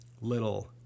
little